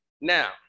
Now